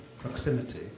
proximity